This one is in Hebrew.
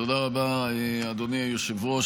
תודה רבה, אדוני היושב-ראש.